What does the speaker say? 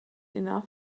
enough